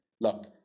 look